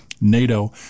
NATO